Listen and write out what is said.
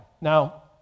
Now